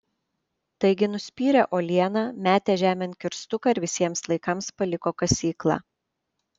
taigi nuspyrė uolieną metė žemėn kirstuką ir visiems laikams paliko kasyklą